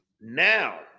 now